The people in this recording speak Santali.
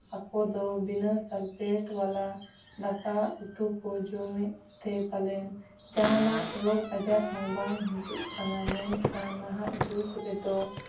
ᱟᱠᱚ ᱫᱚ ᱵᱤᱱᱟᱹ ᱥᱟᱞᱯᱷᱮᱴ ᱵᱟᱞᱟ ᱫᱟᱠᱟ ᱩᱛᱩ ᱠᱚ ᱡᱚᱢᱮᱫ ᱛᱮ ᱯᱟᱞᱮᱱ ᱡᱟᱦᱟᱱᱟᱜ ᱨᱳᱜᱽ ᱟᱡᱟᱨ ᱦᱚᱸ ᱵᱟᱝ ᱦᱤᱡᱩᱜ ᱠᱟᱱᱟ ᱢᱮᱱᱠᱷᱟᱱ ᱡᱩᱜᱽ ᱨᱮᱫᱚ